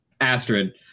Astrid